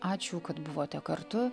ačiū kad buvote kartu